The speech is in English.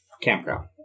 campground